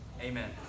Amen